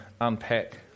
unpack